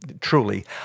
Truly